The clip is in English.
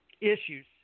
issues